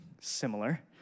similar